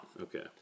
Okay